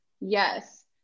Yes